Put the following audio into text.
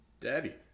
Daddy